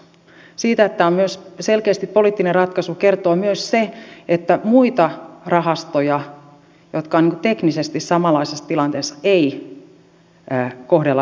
siitä että tämä on selkeästi poliittinen ratkaisu kertoo myös se että muita rahastoja jotka ovat niin kuin teknisesti samanlaisessa tilanteessa ei kohdella samalla tavalla